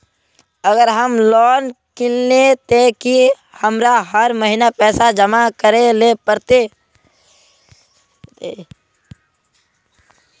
अगर हम लोन किनले ते की हमरा हर महीना पैसा जमा करे ले पड़ते?